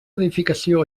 edificació